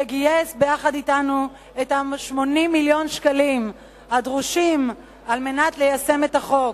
שגייס ביחד אתנו את 80 מיליון השקלים הדרושים על מנת ליישם את החוק,